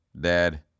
Dad